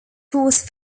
force